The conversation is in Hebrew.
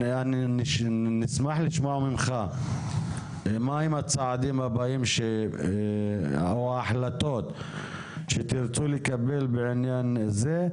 נשמח לשמוע ממך מה הם הצעדים הבאים או ההחלטות שתרצו לקבל בעניין זה.